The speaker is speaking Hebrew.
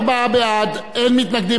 רבותי חברי הכנסת,